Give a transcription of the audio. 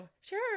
Sure